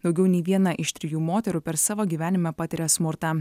daugiau nei viena iš trijų moterų per savo gyvenimą patiria smurtą